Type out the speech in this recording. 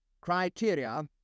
criteria